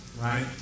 Right